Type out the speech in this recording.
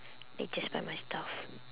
I just buy my stuff